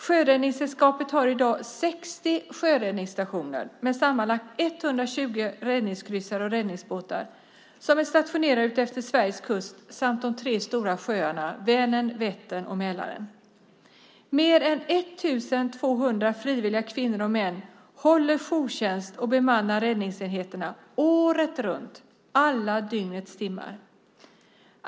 Sjöräddningssällskapet har i dag 60 sjöräddningsstationer med sammanlagt 120 räddningskryssare och räddningsbåtar som är stationerade utefter Sveriges kust samt vid de tre stora sjöarna Vänern, Vättern och Mälaren. Mer än 1 200 frivilliga kvinnor och män håller jourtjänst och bemannar räddningsenheterna året runt, under dygnets alla timmar.